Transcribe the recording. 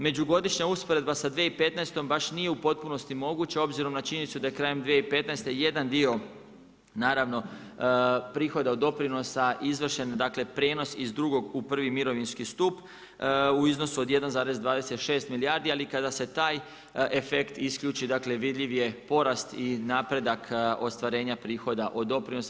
Međugodišnja usporedba sa 2015. baš nije u potpunosti moguća, obzirom na činjenicu da je krajem 2015. jedan dio naravno, prihoda od doprinosa, izvršen, dakle, iz drugog u prvi mirovinski stup u iznosu od 1,26 milijardi, ali kada se taj efekt isključi dakle, vidljiv je porast i napredak ostvarenja prihoda od doprinosa.